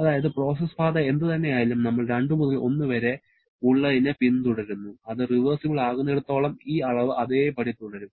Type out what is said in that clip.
അതായത് പ്രോസസ് പാത എന്തുതന്നെ ആയാലും നമ്മൾ 2 മുതൽ 1 വരെ ഉള്ളതിനെ പിന്തുടരുന്നു അത് റിവേഴ്സിബിൾ ആകുന്നിടത്തോളം ഈ അളവ് അതേപടി തുടരും